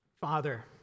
Father